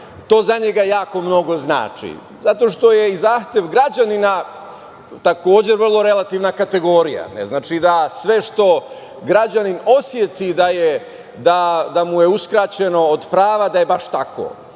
to za njega jako mnogo znači. Zato što je i zahtev građanina, takođe, vrlo relativna kategorija. Ne znači da sve što građanin oseti da mu je uskraćeno od prava, da je baš tako,